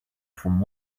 from